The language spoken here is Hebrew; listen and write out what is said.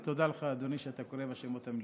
ותודה לך, אדוני, שאתה קורא בשמות המלאים.